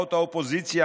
מחאות האופוזיציה,